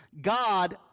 God